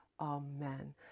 Amen